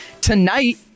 tonight